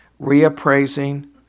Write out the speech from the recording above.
reappraising